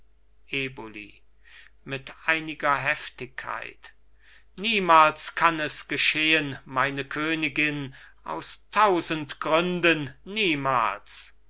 eboli mit einiger heftigkeit niemals kann es geschehen meine königin aus tausend gründen niemals